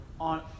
on